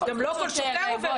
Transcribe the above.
גם לא כל שוטר עובר הכשרה.